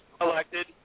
elected